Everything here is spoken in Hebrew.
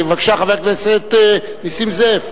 בבקשה, חבר הכנסת נסים זאב.